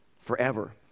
forever